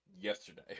yesterday